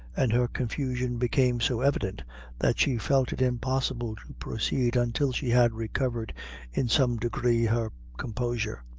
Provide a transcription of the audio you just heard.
and her confusion became so evident that she felt it impossible to proceed until she had recovered in some degree her composure.